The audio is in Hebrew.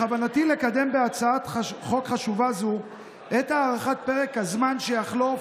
בכוונתי לקדם בהצעת חוק חשובה זו את הארכת פרק הזמן שיחלוף